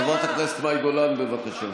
חברת הכנסת מאי גולן, בבקשה.